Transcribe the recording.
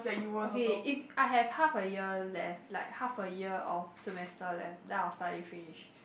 okay if I have half a year left like half a year of semester left then I will study finish